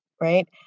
Right